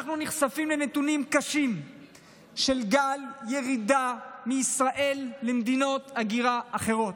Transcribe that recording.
אנחנו נחשפים לנתונים קשים של גל ירידה מישראל למדינות הגירה אחרות,